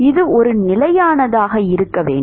இது ஒரு நிலையானதாக இருக்க வேண்டும்